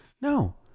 no